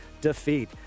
defeat